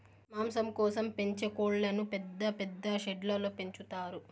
మాంసం కోసం పెంచే కోళ్ళను పెద్ద పెద్ద షెడ్లలో పెంచుతారు